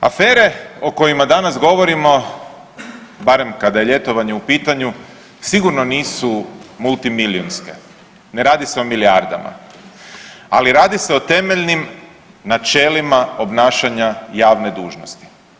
Afere o kojima danas govorimo barem kada je ljetovanje u pitanju sigurno nisu multimilijunske, ne radi se o milijardama, ali radi se o temeljnim načelima obnašanja javne dužnosti.